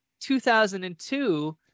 2002